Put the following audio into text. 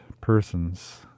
persons